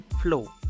Flow